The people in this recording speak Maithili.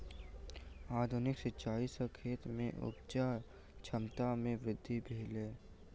आधुनिक सिचाई सॅ खेत में उपजा क्षमता में वृद्धि भेलै